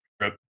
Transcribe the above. trip